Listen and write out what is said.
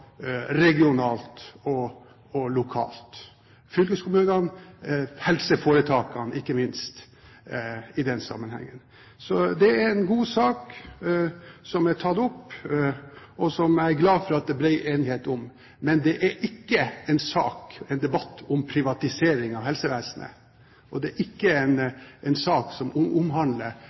regionalt og lokalt – fylkeskommunene, helseforetakene, ikke minst i denne sammenhengen. Det er en god sak som er tatt opp, og som jeg er glad for at det er bred enighet om. Men det er ikke en sak, en debatt, om privatisering av helsevesenet, og det er ikke en sak som omhandler